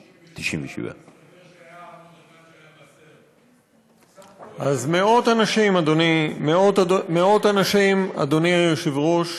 597. מאות אנשים, אדוני היושב-ראש,